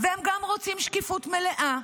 והם גם רוצים שקיפות מלאה.